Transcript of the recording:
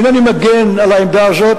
אני אינני מגן על העמדה הזו,